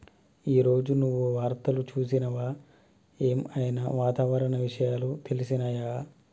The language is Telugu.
ఈ రోజు నువ్వు వార్తలు చూసినవా? ఏం ఐనా వాతావరణ విషయాలు తెలిసినయా?